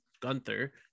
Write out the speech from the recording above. Gunther